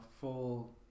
full